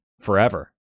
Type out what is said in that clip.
forever